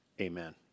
Amen